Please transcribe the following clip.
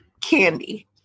candy